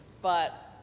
but,